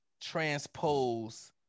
transpose